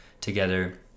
together